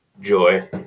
joy